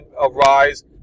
arise